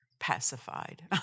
pacified